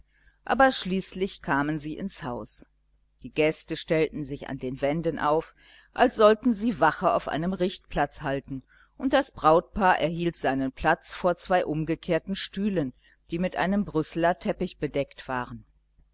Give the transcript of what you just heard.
aber schließlich kamen sie ins haus die gäste stellten sich an den wänden auf als sollten sie wache auf einem richtplatz halten und das brautpaar erhielt seinen platz vor zwei umgekehrten stühlen die mit einem brüsseler teppich bedeckt waren